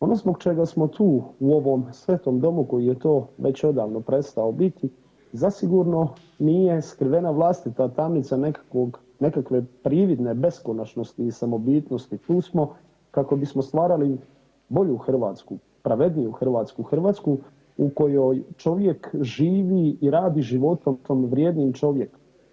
Ono zbog čega smo tu u ovom svetom domu koji je to već odavno prestao biti, zasigurno nije skrivena vlastita tamnica nekakve prividne beskonačnosti i samobitnosti, tu smo kako bismo stvarali bolju Hrvatsku, pravedniju Hrvatsku u kojoj čovjek živi i radi životom ... čovjek.